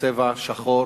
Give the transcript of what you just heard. צבע שחור